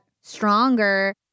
stronger